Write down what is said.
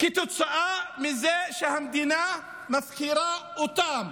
כתוצאה מזה שהמדינה מפקירה אותם,